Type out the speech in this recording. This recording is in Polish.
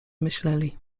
myśleli